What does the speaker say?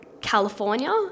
California